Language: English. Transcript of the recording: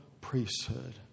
priesthood